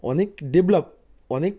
অনেক ডেভেলপ অনেক